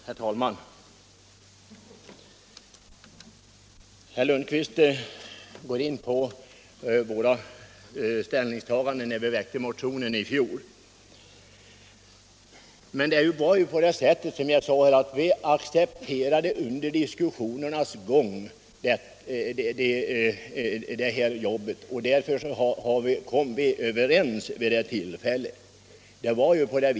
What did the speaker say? Herr talman! Herr Lundkvist går in på våra ställningstaganden när vi väckte motionen i fjol. Det var på det sättet, som jag tidigare sagt, att vi under diskussionernas gång accepterade ifrågavarande verksamhet och därför kom vi överens vid det tillfället.